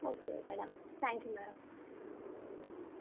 okay madam thank you madam